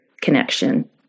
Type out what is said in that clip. connection